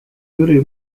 jüri